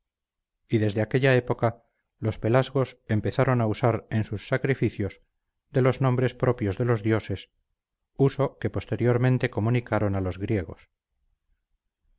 y desde aquella época los pelasgos empezaron a usar en sus sacrificios de los nombres propios de los dioses uso que posteriormente comunicaron a los griegos